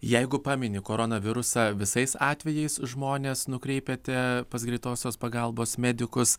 jeigu pameni koronavirusą visais atvejais žmonės nukreipiate pas greitosios pagalbos medikus